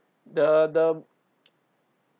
the the